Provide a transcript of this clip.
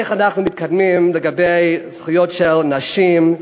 איך אנחנו מתקדמים לגבי זכויות של נשים,